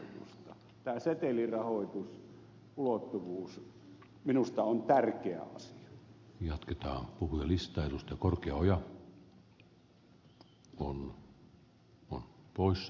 tämä setelirahoitusulottuvuus minusta on tärkeä asia